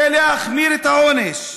זה להחמיר את העונש.